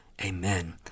Amen